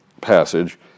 passage